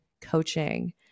coaching